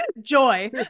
Joy